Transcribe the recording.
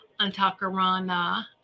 Antakarana